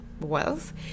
wealth